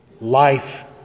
life